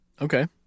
Okay